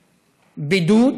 בידוד,